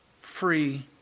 free